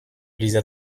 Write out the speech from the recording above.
dieser